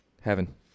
Heaven